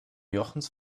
jochens